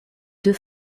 deux